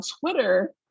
Twitter